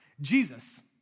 Jesus